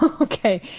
okay